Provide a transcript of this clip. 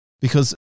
because-